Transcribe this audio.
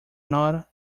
not